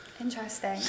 Interesting